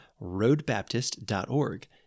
roadbaptist.org